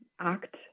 act